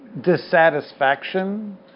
dissatisfaction